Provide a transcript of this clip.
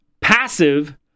passive